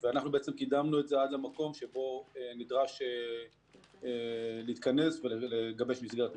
קידמנו את זה עד למקום שבו נדרש להתכנס ולגבש מסגרת תקציבית.